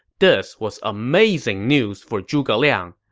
this was amazing news for zhuge liang.